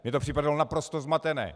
Mně to připadalo naprosto zmatené.